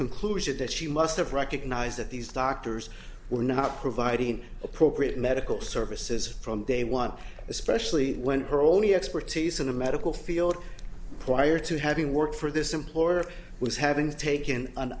conclusion that she must have recognized that these doctors were not providing appropriate medical services from day one especially when her only expertise in the medical field prior to having worked for this employer was having taken an